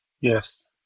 Yes